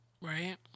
Right